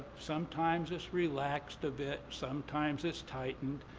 sometimes it's relaxed a bit, sometimes it's tightened.